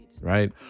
Right